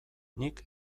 nik